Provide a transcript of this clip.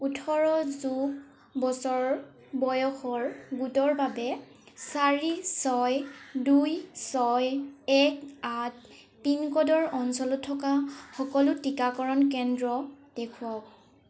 ওঠৰ যোগ বছৰ বয়সৰ গোটৰ বাবে চাৰি ছয় দুই ছয় এক আঠ পিনক'ডৰ অঞ্চলত থকা সকলো টীকাকৰণ কেন্দ্ৰ দেখুৱাওক